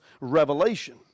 revelation